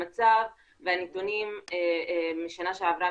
המצב והנתונים משנה שעברה,